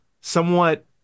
somewhat